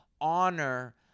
honor